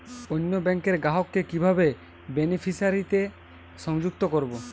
অন্য ব্যাংক র গ্রাহক কে কিভাবে বেনিফিসিয়ারি তে সংযুক্ত করবো?